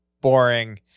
boring